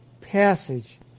passage